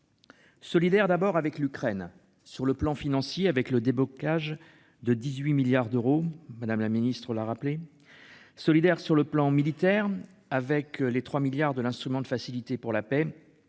Solidaire, d'abord avec l'Ukraine sur le plan financier avec le déblocage de 18 milliards d'euros. Madame la Ministre la rappeler. Solidaire sur le plan militaire, avec les 3 milliards de l'instrument de facilités pour la paix